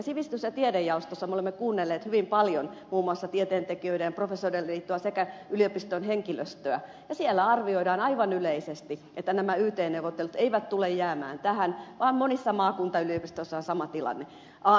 sivistys ja tiedejaostossa me olemme kuunnelleet hyvin paljon muun muassa tieteentekijöiden liittoa ja professoriliittoa sekä yliopiston henkilöstöä ja siellä arvioidaan aivan yleisesti että nämä yt neuvottelut eivät tule jäämään tähän vaan monissa maakuntayliopistoissa on sama tilanne